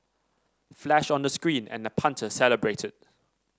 flash on the screen and the punter celebrated